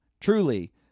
Truly